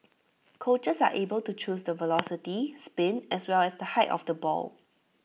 coaches are able to choose the velocity spin as well as the height of the ball